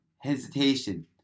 hesitation